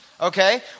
Okay